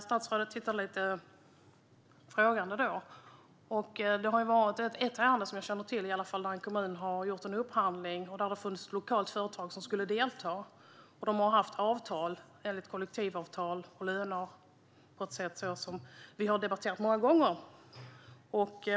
Statsrådet tittade lite frågande på mig då. Det finns i alla fall ett ärende som jag känner till där en kommun har gjort en upphandling där ett lokalt företag skulle delta. Företaget har haft avtal och löner enligt kollektivavtal på ett sätt som vi debatterat många gånger.